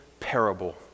parable